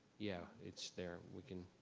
yeah, it's there we can.